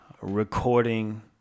recording